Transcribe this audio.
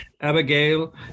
Abigail